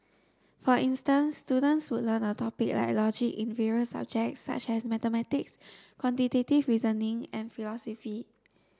for instance students would learn a topic like logic in various subjects such as mathematics quantitative reasoning and philosophy